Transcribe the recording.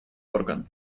орган